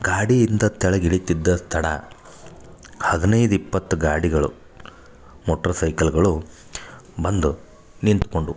ಗಾಡಿಯಿಂದ ಕೆಳಗೆ ಇಳಿತ್ತಿದ್ದ ತಡ ಹದಿನೈದು ಇಪ್ಪತ್ತು ಗಾಡಿಗಳು ಮೋಟ್ರು ಸೈಕಲ್ಗಳು ಬಂದು ನಿಂತ್ಕೊಂಡವು